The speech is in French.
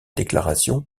déclaration